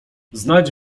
znać